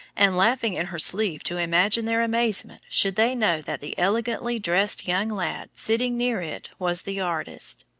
and laughing in her sleeve to imagine their amazement should they know that the elegantly dressed young lady sitting near it was the artist.